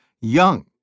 Young